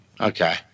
Okay